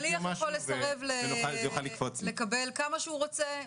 שליח יכול לסרב לקבל כמה שהוא רוצה?